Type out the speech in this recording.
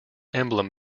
emblem